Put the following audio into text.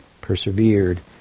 persevered